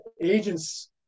agents